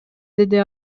деди